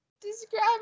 Describe